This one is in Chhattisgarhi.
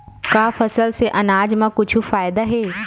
का फसल से आनाज मा कुछु फ़ायदा हे?